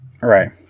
right